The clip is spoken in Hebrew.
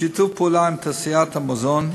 בשיתוף פעולה עם תעשיית המזון,